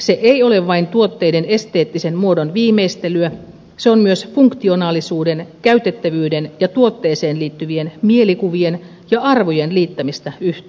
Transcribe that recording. se ei ole vain tuotteiden esteettisen muodon viimeistelyä se on myös funktionaalisuuden käytettävyyden ja tuotteeseen liittyvien mielikuvien ja arvojen liittämistä yhteen